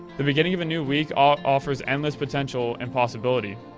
the beginning of a new week offers endless potential and possibility.